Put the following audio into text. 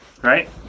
right